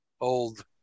old